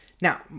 Now